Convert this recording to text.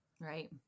Right